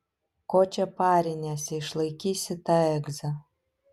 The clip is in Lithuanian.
ko čia pariniesi išlaikysi tą egzą